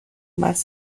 más